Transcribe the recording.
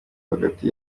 hagati